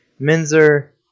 Minzer